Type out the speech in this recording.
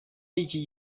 y’iki